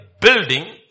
building